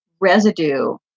residue